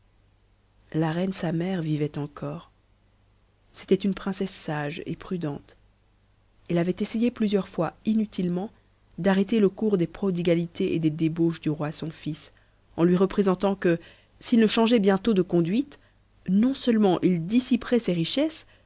la reine sa mère vivait encore c'était une princesse sage et prudente elle avait essayé plusieurs fois inutilement d'arrêter le cours des prodigalités et des débauches du roi son fils en lui représentant que s'il ne changeait bientôt de conduite non-seulement il dissiperait ses richesses